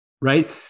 Right